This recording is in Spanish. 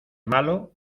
malo